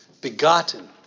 begotten